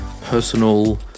personal